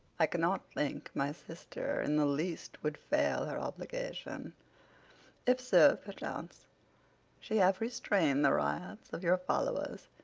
i cannot think my sister in the least would fail her obligation if, sir, perchance she have restrain'd the riots of your followers,